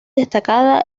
destacada